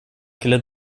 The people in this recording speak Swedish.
skulle